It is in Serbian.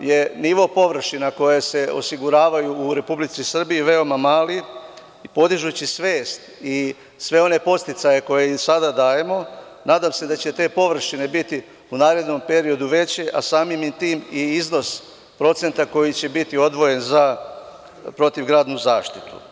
je nivo površina koje se osiguravaju u Republici Srbiji veoma mali, podižući svest i sve one podsticaje koje im sada dajemo, nadam se da ćete površine biti u narednom periodu veće, a samim tim i iznos procenta koji će biti odvojen za protivgradnu zaštitu.